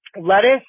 Lettuce